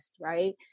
right